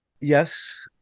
yes